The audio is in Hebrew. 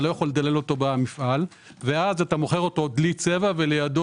אתה לא יכול לדלל אותו במפעל ואז אתה מוכר דלי צבע ולידו